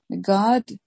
God